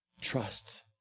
Trust